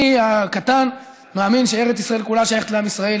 אני הקטן מאמין שארץ ישראל כולה שייכת לעם ישראל.